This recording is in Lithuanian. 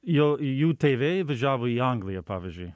jau jų tėvai važiavo į angliją pavyzdžiui